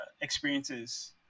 experiences